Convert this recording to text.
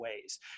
ways